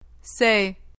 Say